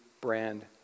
brand